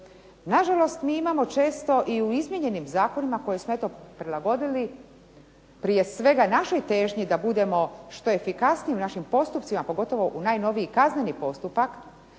Nažalost, mi imamo često i u izmijenjenim zakonima koje smo eto prilagodili prije svega našoj težnji da budemo što efikasniji u našim postupcima, a pogotovo u najnoviji kazneni postupak,